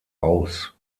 aus